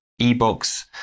ebooks